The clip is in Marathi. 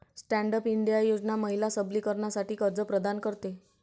स्टँड अप इंडिया योजना महिला सबलीकरणासाठी कर्ज प्रदान करते